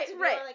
Right